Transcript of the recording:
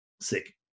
sick